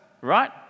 right